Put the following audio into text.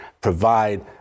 provide